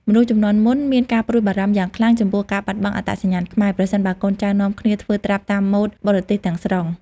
មនុស្សជំនាន់មុនមានការព្រួយបារម្ភយ៉ាងខ្លាំងចំពោះការបាត់បង់អត្តសញ្ញាណខ្មែរ ប្រសិនបើកូនចៅនាំគ្នាធ្វើត្រាប់តាមម៉ូដបរទេសទាំងស្រុង។